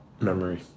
memory